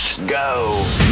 Go